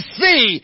see